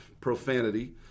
profanity